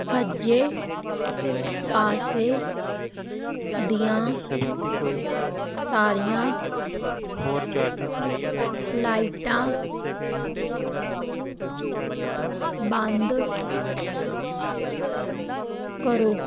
ਸੱਜੇ ਪਾਸੇ ਦੀਆਂ ਸਾਰੀਆਂ ਲਾਈਟਾਂ ਬੰਦ ਕਰੋ